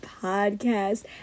podcast